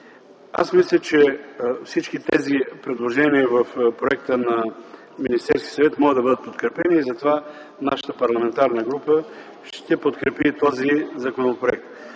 ресурси”. Всички тези предложения в Проекта на Министерски съвет могат да бъдат подкрепени и затова нашата парламентарна група ще подкрепи този законопроект.